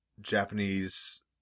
Japanese